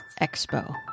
Expo